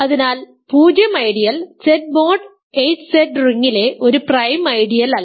അതിനാൽ 0 ideal Z mod 8 Z റിംഗിലെ ഒരു പ്രൈം ഐഡിയൽ അല്ല